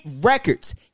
records